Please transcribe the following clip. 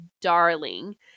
darling